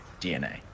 DNA